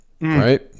right